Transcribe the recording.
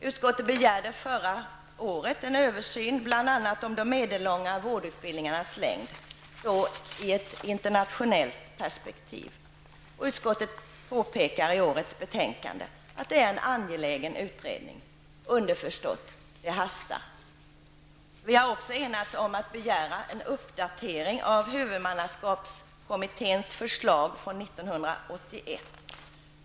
Utskottet begärde förra året en översyn bl.a. av de medellånga vårdutbildningarnas längd i ett internationellt perspektiv. Utskottet påpekar i årets betänkande att det är en angelägen utredning; underförstått att det hastar. Vi har också enats om att begära en uppdatering av huvudmannaskapskommitténs förslag från 1981.